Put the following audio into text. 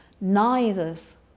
Neither's